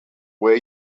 way